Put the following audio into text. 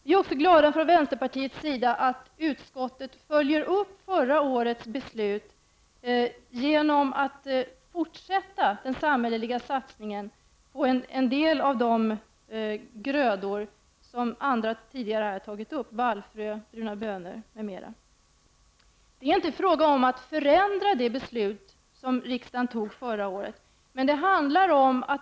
Vi i vänsterpartiet är också glada över att utskottet följer upp det beslut som fattades förra året genom att fortsätta den samhälleliga satsningen på en del av de grödor vilka tidigare talare nämnt, vallfrö, bruna bönor m.m. Det är inte fråga om att förändra det beslut som riksdagen fattade förra året.